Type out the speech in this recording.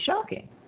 shocking